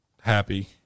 happy